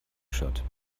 shirt